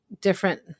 different